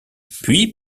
puis